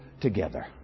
together